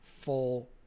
full